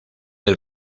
del